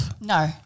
no